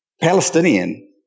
Palestinian